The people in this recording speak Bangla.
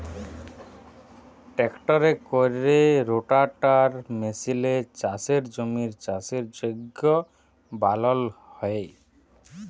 ট্রাক্টরে ক্যরে রোটাটার মেসিলে চাষের জমির চাষের যগ্য বালাল হ্যয়